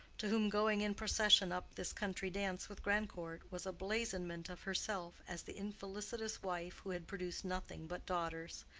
to whom going in procession up this country-dance with grandcourt was a blazonment of herself as the infelicitous wife who had produced nothing but daughters,